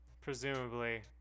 Presumably